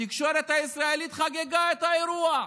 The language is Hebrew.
התקשורת הישראלית חגגה את האירוע.